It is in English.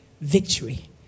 Victory